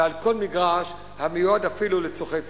ועל כל מגרש המיועד אפילו לצורכי ציבור.